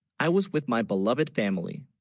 i was with, my beloved family?